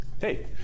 Hey